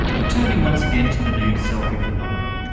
returning once again to the nude selfie phenomenon,